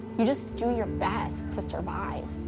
you just do your best to survive.